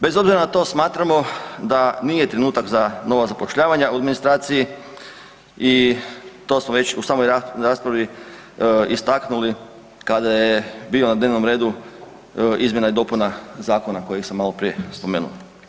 Bez obzira na to smatramo da nije trenutak za nova zapošljavanja u administraciji i to smo već u samoj raspravi istaknuli kada je bio na dnevnom redu izmjena i dopuna zakona kojeg sam maloprije spomenuo.